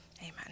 Amen